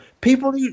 people